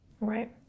right